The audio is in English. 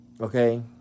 Okay